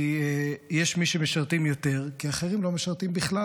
כי יש מי משרתים יותר כי אחרים לא משרתים בכלל.